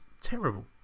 terrible